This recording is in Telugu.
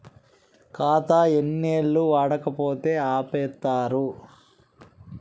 ఖాతా ఎన్ని ఏళ్లు వాడకపోతే ఆపేత్తరు?